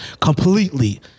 completely